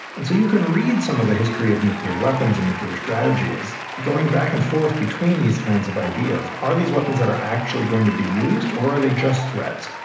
and so you can read some of the history of nuclear weapons and nuclear strategy as going back and forth between these kinds of ideas. ideas. are these weapons that are actually going to be used or are they just threats?